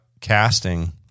casting